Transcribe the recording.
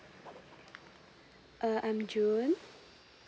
uh I'm june